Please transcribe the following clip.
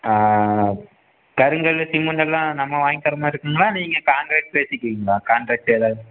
கருங்கல் சிமெண்ட்டெல்லாம் நம்ம வாங்கி தர்ற மாதிரி இருக்குங்களா நீங்கள் கான்ட்ரக்ட் பேசிப்பீங்களா கான்ட்ரக்ட் எதாவது